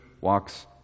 walks